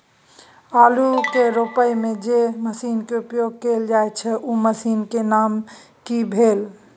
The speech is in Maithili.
आलू के रोपय में जे मसीन के उपयोग कैल जाय छै उ मसीन के की नाम भेल?